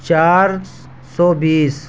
چار سو بیس